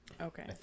Okay